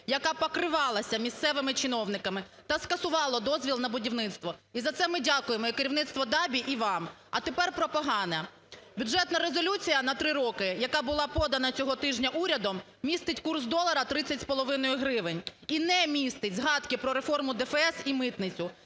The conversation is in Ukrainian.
яка покривалася місцевими чиновниками та скасувала дозвіл на будівництво. І за це ми дякуємо і керівництву ДАБІ, і вам. А тепер про погане. Бюджетна резолюція на три роки, яка була подана цього тижня урядом, містить курс долара 30,5 гривень і не містить згадки про реформу ДФС і митницю